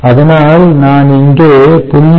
அதனால் நான் இங்கே 0